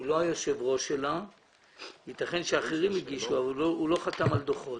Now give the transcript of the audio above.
הוא לא היושב ראש שלה ויתכן שאחרים הגישו אבל הוא לא חתם על דוחות.